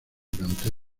durante